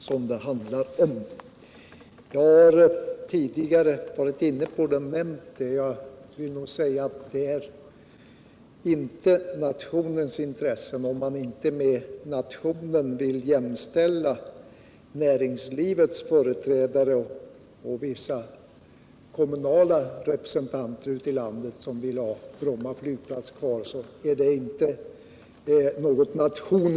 Jag vill upprepa vad jag redan tidigare varit inne på och säga att det inte är nationens intresse det här gäller, om man inte med nationen förstår näringslivets företrädare och vissa kommunala representanter ute i landet som vill ha Bromma flygplats kvar.